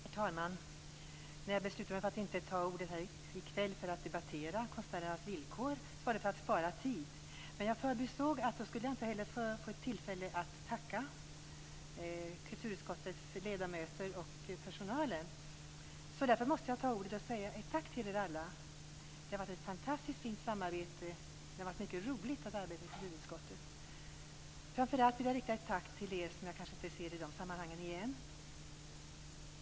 Herr talman! När jag beslutade mig för att inte begära ordet i kväll för att debattera konstnärernas villkor var det för att spara tid. Men jag förbisåg att jag då inte skulle få tillfälle att tacka kulturutskottets ledamöter och personal. Därför måste jag begära ordet och säga ett tack till er alla. Det har varit ett fantastiskt fint samarbete. Det har varit mycket roligt att arbeta i kulturutskottet. Framför allt vill jag rikta ett tack till er som jag kanske inte ser i de här sammanhangen igen.